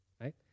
right